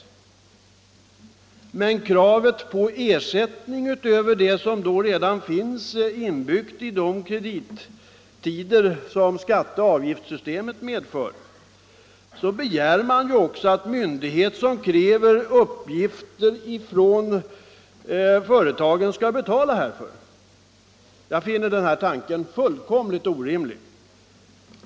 Utöver den ersättning som redan finns inbyggd i de kredittider som skatteoch avgiftssystemet medför begär man alltså att myndighet som kräver uppgifter från företagen skall betala härför. Jag finner denna tanke fullkomligt orimlig.